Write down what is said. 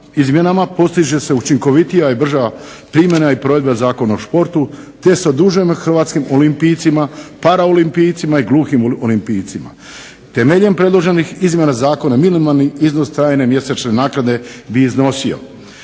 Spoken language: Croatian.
izmjenama postiže se učinkovitija i brža primjena i provedba Zakona o športu te se odužujemo hrvatskim olimpijcima, paraolimpijcima i gluhim olimpijcima. Temeljem predloženih izmjena zakona minimalni iznos trajne mjesečne naknade bi iznosio: